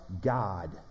god